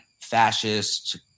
fascist